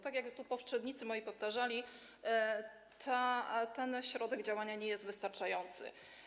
Tak jak tu poprzednicy moi powtarzali, ten środek działania nie jest wystarczający.